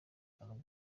kurwara